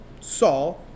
Saul